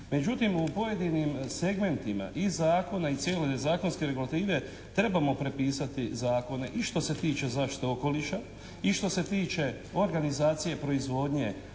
Međutim, u pojedinim segmentima i zakona i cijele zakonske regulative trebamo prepisati zakone i što se tiče zaštite okoliša i što se tiče organizacije proizvodnje,